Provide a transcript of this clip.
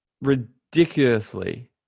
ridiculously